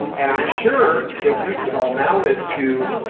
and i'm sure that this is all mounted to,